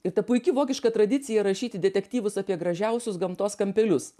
ir ta puiki vokiška tradicija rašyti detektyvus apie gražiausius gamtos kampelius